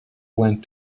went